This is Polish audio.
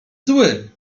zły